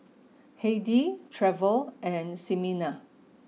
Heidy Trevor and Ximena